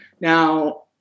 Now